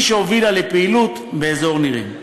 היא שהובילה לפעילות באזור נירים.